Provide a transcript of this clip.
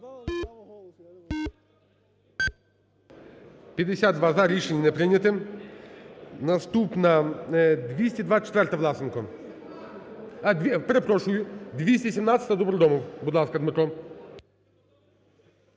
За-52 Рішення не прийняте. Наступна 224-а, Власенко. Перепрошую, 217-а, Добродомов. Будь ласка, Дмитро.